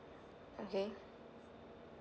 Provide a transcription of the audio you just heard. okay